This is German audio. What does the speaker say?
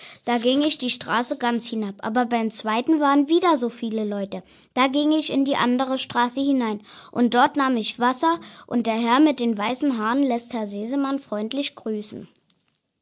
da ging ich die straße ganz hinab aber beim zweiten waren wieder so viele leute da ging ich in die andere straße hinein und dort nahm ich wasser und der herr mit den weißen haaren lässt herrn sesemann freundlich grüßen